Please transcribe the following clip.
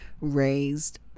raised